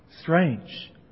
Strange